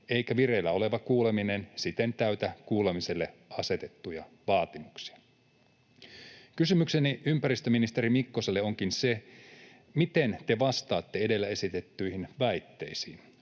eikä vireillä oleva kuuleminen siten täytä kuulemiselle asetettuja vaatimuksia.” Kysymykseni ympäristöministeri Mikkoselle ovatkin: Miten te vastaatte edellä esitettyihin väitteisiin?